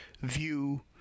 view